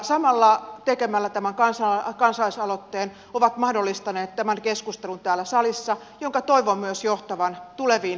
samalla tekemällä tämän kansalaisaloitteen he ovat mahdollistaneet tämän keskustelun täällä salissa jonka toivon myös johtavan tuleviin toimenpiteisiin